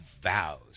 vows